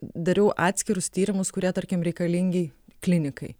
dariau atskirus tyrimus kurie tarkim reikalingi klinikai